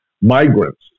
migrants